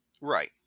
Right